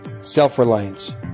Self-reliance